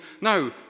No